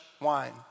wine